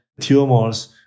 tumors